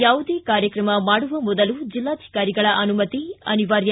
ಯಾವುದೇ ಕಾರ್ಯಕ್ರಮ ಮಾಡುವ ಮೊದಲು ಜಿಲ್ಲಾಧಿಕಾರಿಗಳ ಅನುಮತಿ ಅನಿವಾರ್ಯ